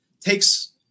takes